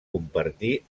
convertir